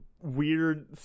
weird